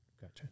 Gotcha